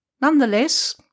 Nonetheless